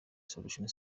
solution